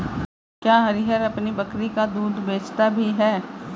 क्या हरिहर अपनी बकरी का दूध बेचता भी है?